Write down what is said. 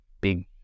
big